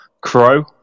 crow